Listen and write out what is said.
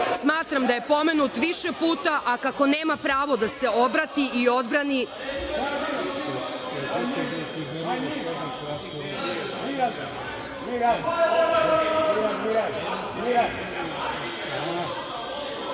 Smatram da je pomenut više puta a kako nema pravo da se obrati i odbrani…